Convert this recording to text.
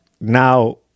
now